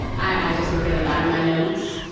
i just look at a lot of my notes.